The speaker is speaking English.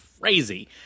crazy